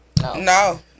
No